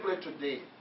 today